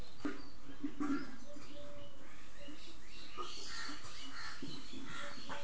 घेरा झिंगलीर खेती करवार तने झांग दिबा हछेक